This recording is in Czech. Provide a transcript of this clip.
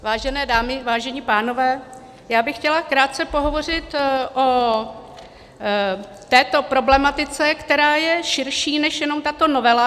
Vážené dámy, vážení pánové, já bych chtěla krátce pohovořit o této problematice, která je širší než jenom tato novela.